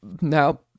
Now